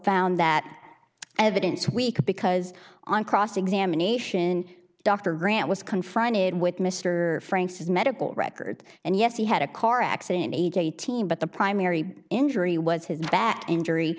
found that evidence weak because on cross examination dr grant was confronted with mr franks his medical record and yes he had a car accident age eighteen but the primary injury was his back injury